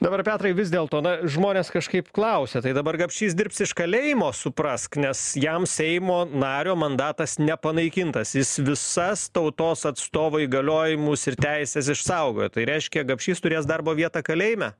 dabar petrai vis dėlto na žmonės kažkaip klausia tai dabar gapšys dirbs iš kalėjimo suprask nes jam seimo nario mandatas nepanaikintas jis visas tautos atstovo įgaliojimus ir teises išsaugojo tai reiškia gapšys turės darbo vietą kalėjime